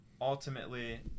ultimately